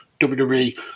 WWE